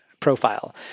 profile